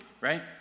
right